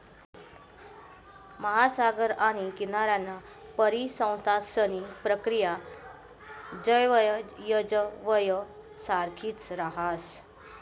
महासागर आणि किनाराना परिसंस्थांसनी प्रक्रिया जवयजवय सारखीच राहस